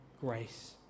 grace